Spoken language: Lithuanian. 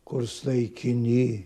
kurs naikini